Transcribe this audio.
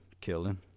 killing